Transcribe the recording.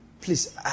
Please